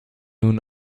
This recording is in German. nun